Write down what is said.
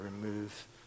remove